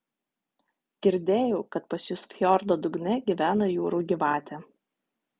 girdėjau kad pas jus fjordo dugne gyvena jūrų gyvatė